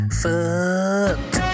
foot